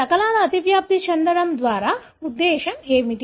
శకలాలు అతివ్యాప్తి చెందడం ద్వారా ఉద్దేశ్యం ఏమిటి